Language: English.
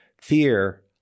fear